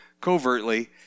covertly